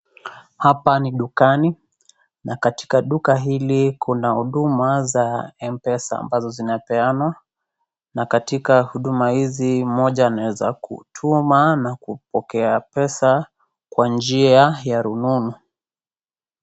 Hapa ni dukani na katika duka hili kuna huduma za M-pesa ambazo zinapeanwa na katika huduma hizi moja anaweza kutuma na kupokea pesa kwa njia ya rununu.